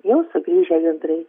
jau sugrįžę gandrai